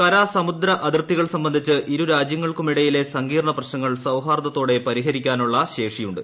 കര സമുദ്ര അതിർത്തികൾ സംബന്ധിച്ച് ഇരു രാജ്യങ്ങൾക്കുമിടയിലെ സങ്കീർണ്ണ പ്രശ്നങ്ങൾ സൌഹാർദ്ദത്തോടെ പരിഹരിക്കാനുള്ള ശേഷിയുണ്ട്